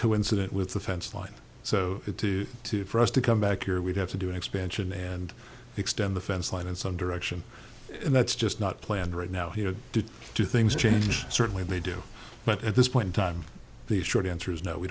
coincident with the fence line so to two for us to come back here we'd have to do an expansion and extend the fence line in some direction and that's just not planned right now he had to do things change certainly they do but at this point in time the short answer is no we